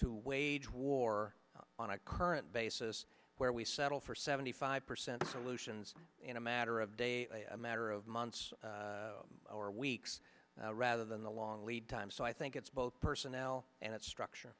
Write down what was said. to wage war on a current basis where we settle for seventy five percent solutions in a matter of a matter of months or weeks rather than a long lead time so i think it's both personnel and it's structure